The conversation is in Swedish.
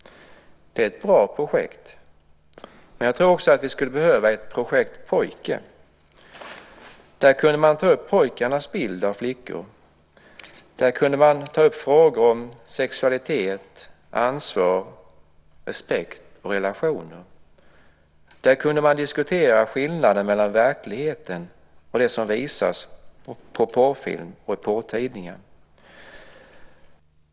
Det är ett bra projekt, men jag tror att vi också skulle behöva ett projekt Pojke. Där kunde man ta upp pojkarnas bild av flickor. Där kunde man ta upp frågor om sexualitet, ansvar, respekt och relationer. Där kunde man diskutera skillnaden mellan verkligheten och det som visas på porrfilm och i porrtidningar.